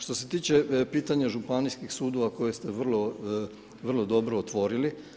Što se tiče pitanja županijskih sudova koje ste vrlo dobro otvorili.